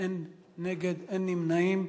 אין נגד ואין נמנעים.